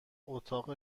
اتاق